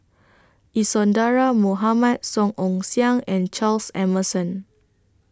Isadhora Mohamed Song Ong Siang and Charles Emmerson